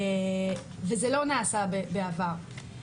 וזה לא נעשה בעבר.